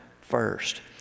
first